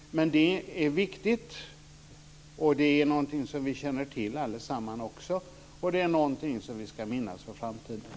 Men det är viktigt, och det är någonting som vi allesammans känner till. Det är också något som vi ska minnas för framtiden.